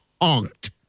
honked